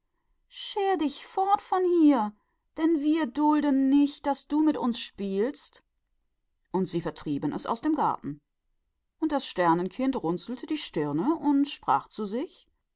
mach dich fort denn wir lassen dich nicht mit uns spielen und sie jagten es aus dem garten und das sternenkind runzelte die stirn und sprach zu sich